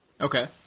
Okay